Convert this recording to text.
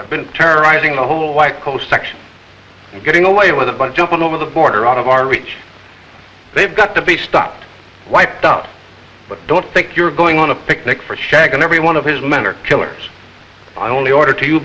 have been terrorizing the whole white coast section and getting away with a bunch jumping over the border out of our reach they've got to be stopped wiped out but don't think you're going on a picnic for shaq and every one of his men are killers i'd only order t